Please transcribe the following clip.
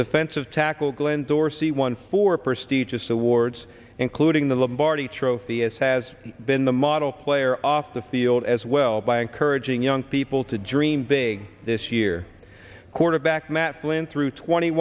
defensive tackle glen dorsey one for prestigious awards including the barty trophy as has been the model player off the field as well by encouraging young people to dream big this year quarterback matt flynn through twenty